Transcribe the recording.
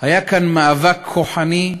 היה כאן מאבק כוחני,